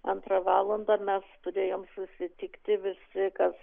antrą valandą mes turėjom susitikti visi kas